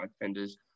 defenders